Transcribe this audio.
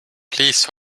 please